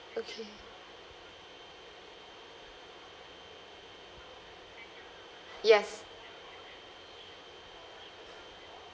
okay yes